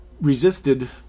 resisted